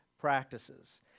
practices